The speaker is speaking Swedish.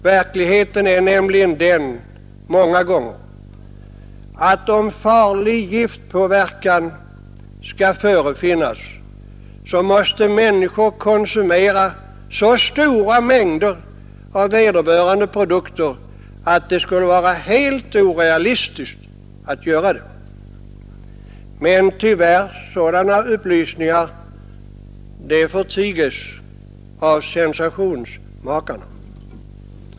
Verkligheten är nämligen många gånger den att om giftpåverkan skall bli farlig måste människor konsumera mängder av produkterna i fråga som är helt orealistiska. Men sådana upplysningar förtigs tyvärr av sensationsmakarna.